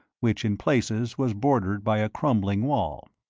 which in places was bordered by a crumbling wall.